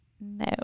No